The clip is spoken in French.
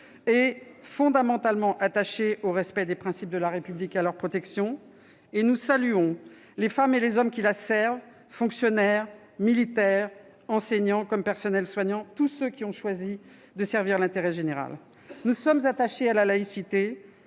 est fondamentalement attaché au respect des principes de la République et à leur protection. Nous saluons les femmes et les hommes qui la servent : fonctionnaires, militaires, enseignants, personnels soignants ... Nous saluons tous ceux qui ont choisi de servir l'intérêt général. Nous sommes attachés à la laïcité.